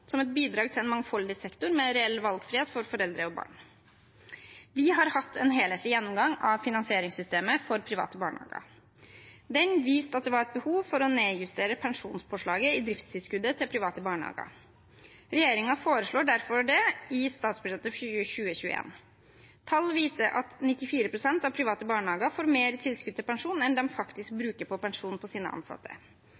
som et bidrag til en mangfoldig sektor med reell valgfrihet for foreldre og barn. Vi har hatt en helhetlig gjennomgang av finansieringssystemet for private barnehager. Den viste at det var et behov for å nedjustere pensjonsforslaget i driftstilskuddet til private barnehager. Regjeringen foreslår derfor det i statsbudsjettet for 2021. Tall viser at 94 pst. av private barnehager får mer tilskudd til pensjon enn de faktisk